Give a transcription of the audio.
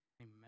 Amen